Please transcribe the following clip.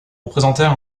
représenter